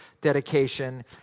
dedication